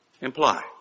imply